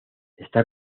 está